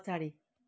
पछाडि